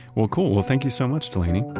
well, cool. well, thank you so much, delaney.